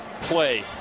play